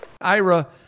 Ira